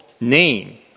name